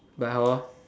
but